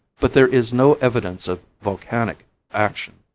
but there is no evidence of volcanic action.